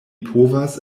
povas